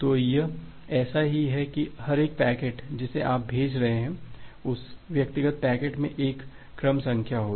तो यह ऐसा ही है कि हर एक पैकेट जिसे आप भेज रहे हैं उस व्यक्तिगत पैकेट में एक क्रम संख्या होगी